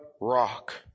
rock